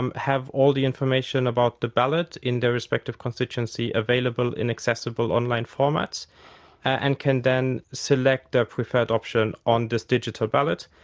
um have all the information about the ballot in their respective constituency available in accessible online formats and can then select their preferred option on this digital ballot,